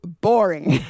boring